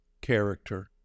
character